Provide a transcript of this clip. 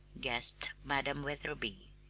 gasped madam wetherby.